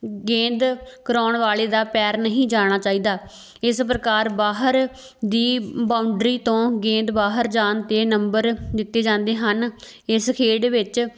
ਗੇਂਦ ਕਰਵਾਉਣ ਵਾਲੇ ਦਾ ਪੈਰ ਨਹੀਂ ਜਾਣਾ ਚਾਹੀਦਾ ਇਸ ਪ੍ਰਕਾਰ ਬਾਹਰ ਦੀ ਬਾਊਂਡਰੀ ਤੋਂ ਗੇਂਦ ਬਾਹਰ ਜਾਣ 'ਤੇ ਨੰਬਰ ਦਿੱਤੇ ਜਾਂਦੇ ਹਨ ਇਸ ਖੇਡ ਵਿੱਚ